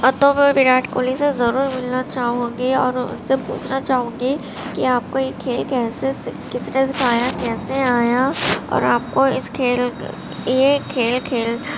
تو میں وراٹ کوہلی سے ضرور ملنا چاہوں گی اور ان سے پوچھنا چاہوں گی کہ آپ کو یہ کھیل کیسے کس نے سکھایا کیسے آیا اور آپ کو اس کھیل یہ کھیل کھیل